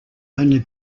only